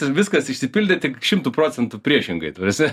viskas išsipildė tik šimtu procentų priešingai ta prasme